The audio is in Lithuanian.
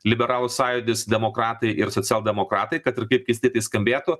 liberalų sąjūdis demokratai ir socialdemokratai kad ir kaip keistai tai skambėtų